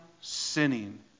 sinning